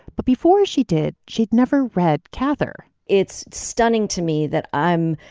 but before she did, she'd never read cather it's stunning to me that i'm,